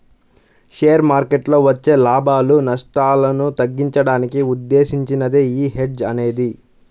share మార్కెట్టులో వచ్చే లాభాలు, నష్టాలను తగ్గించడానికి ఉద్దేశించినదే యీ హెడ్జ్ అనేది